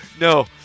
no